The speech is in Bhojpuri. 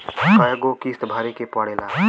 कय गो किस्त भरे के पड़ेला?